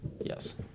Yes